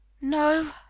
No